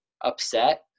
upset